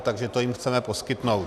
Takže to jim chceme poskytnout.